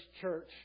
church